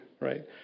right